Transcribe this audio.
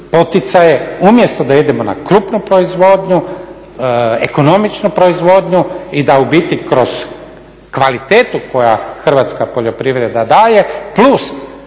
poticaje umjesto da idemo na krupnu proizvodnju, ekonomičnu proizvodnju i da u biti kroz kvalitetu koju hrvatska poljoprivreda daje plus